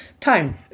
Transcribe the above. time